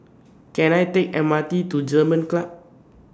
Can I Take M R T to German Club